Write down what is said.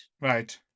Right